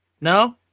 no